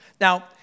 Now